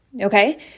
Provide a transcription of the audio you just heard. okay